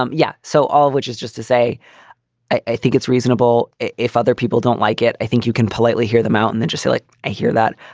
um yeah. so all which is just to say i i think it's reasonable if other people don't like it. i think you can politely hear them out and then just like i hear that.